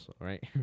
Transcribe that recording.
right